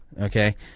Okay